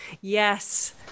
Yes